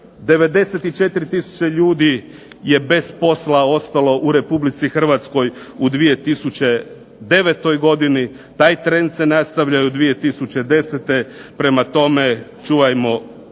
tisuće ljudi je bez posla ostalo u Republici Hrvatskoj u 2009. godini, taj trend se nastavlja i u 2010., prema tome čuvajmo